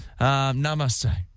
Namaste